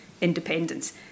independence